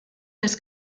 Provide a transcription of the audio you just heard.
les